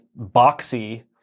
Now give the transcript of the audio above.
boxy